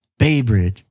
Baybridge